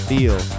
Feel